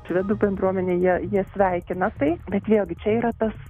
švedų bendruomenėje jie sveikina tai vėlgi čia yra tas